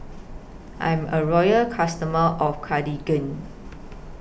I'm A Loyal customer of Cartigain